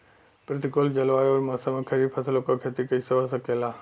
प्रतिकूल जलवायु अउर मौसम में खरीफ फसलों क खेती कइसे हो सकेला?